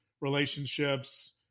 relationships